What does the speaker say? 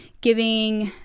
giving